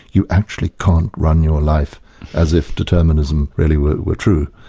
you actually can't run your life as if determinism really were were true.